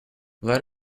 let